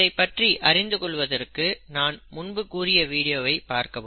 இதைப் பற்றி அறிந்து கொள்வதற்கு நாம் முன்பு கூறிய வீடியோவை பார்க்கவும்